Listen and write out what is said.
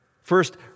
First